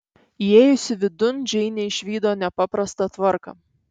įėjusi vidun džeinė išvydo nepaprastą tvarką